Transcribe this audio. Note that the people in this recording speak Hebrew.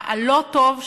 הלא-טוב,